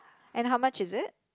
and how much is it